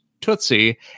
Tootsie